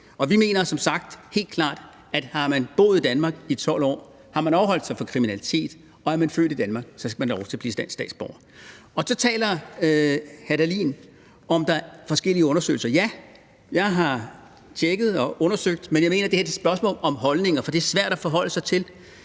klart, at har man boet i Danmark i 12 år, har man afholdt sig fra kriminalitet, og er man født i Danmark, så skal man have lov til at blive dansk statsborger. Så taler hr. Dahlin om, at der er forskellige undersøgelser. Ja, jeg har tjekket og undersøgt det, men jeg mener, at det her er et spørgsmål om holdninger, for det er svært at forholde sig til,